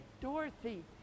Dorothy